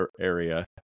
area